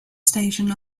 station